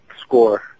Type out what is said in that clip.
score